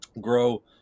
grow